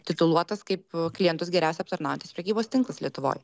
tituluotas kaip klientus geriausiai aptarnaujantis prekybos tinklas lietuvoj